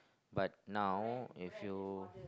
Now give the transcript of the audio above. but now if you